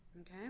okay